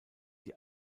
die